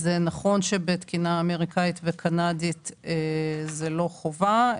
זה נכון שבתקינה אמריקאית וקנדית זה לא חובה,